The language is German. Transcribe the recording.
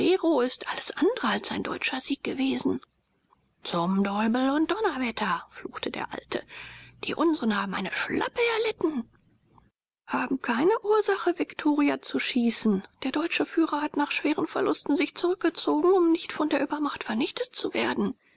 ist alles andere als ein deutscher sieg gewesen zum deubel und donnerwetter fluchte der alte die unsren haben eine schlappe erlitten haben keine ursache viktoria zu schießen der deutsche führer hat nach schweren verlusten sich zurückgezogen um nicht von der übermacht vernichtet zu werden